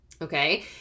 okay